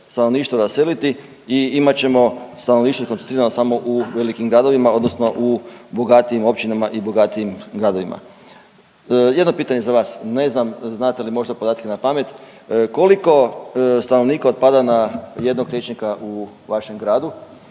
stanovništvo raseliti i imat ćemo stanovništvo koncentrirano samo u velikim gradovima odnosno u bogatijim općinama i bogatijim gradovima. Jedno pitanje za vas, ne znam znate li podatke možda na pamet, koliko stanovnika otpada na jednog liječnika u vašem gradu